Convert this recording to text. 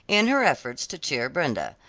in her efforts to cheer brenda.